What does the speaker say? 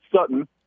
Sutton